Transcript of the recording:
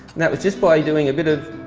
that was just by doing a bit of